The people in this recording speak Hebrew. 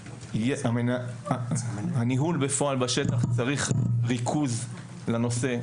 הניהול בפועל בשטח צריך ריכוז לנושא.